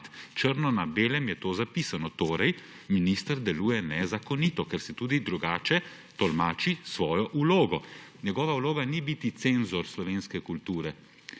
črno na belem je to zapisano. Torej, minister deluje nezakonito, ker si tudi drugače tolmači svojo vlogo. Njegova vloga ni biti cenzor slovenske kulture.